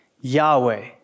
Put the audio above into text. Yahweh